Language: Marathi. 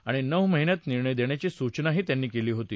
आणि नऊ महिन्यात निर्णय देण्याची सूचनाही त्यांनी केली होती